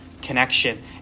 connection